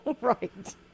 Right